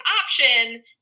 option